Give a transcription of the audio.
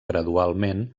gradualment